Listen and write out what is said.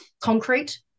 concrete